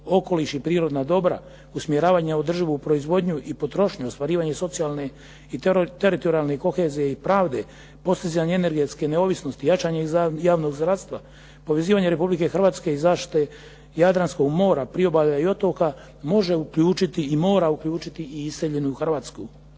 okoliš i prirodna dobra, usmjeravanje u održivu proizvodnju i potrošnju, ostvarivanje socijalne i teritorijalne kohezije i pravde, postizanje energetske neovisnosti, jačanje javnog zdravstva, povezivanje Republike Hrvatske i zaštite Jadranskog mora, priobalja i otoka, može uključiti i mora uključiti i iseljenu Hrvatsku.